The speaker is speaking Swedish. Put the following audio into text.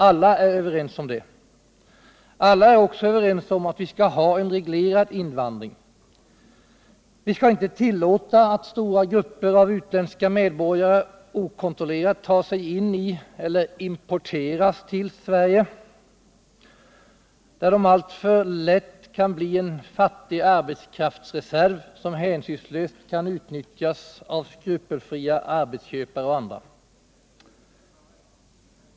Alla är överens om detta, och alla är också överens om att vi skall ha en reglerad invandring. Vi skall inte tillåta att stora grupper av utländska medborgare okontrollerat tar sig in i eller importeras till Sverige, där de alltför lätt kan bli en fattig arbetskraftsreserv, som hänsynslöst kan utnyttjas av skrupelfria arbetsköpare och andra.